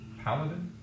paladin